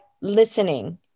listening